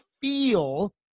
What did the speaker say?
feel